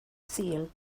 sul